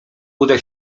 uda